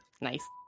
Nice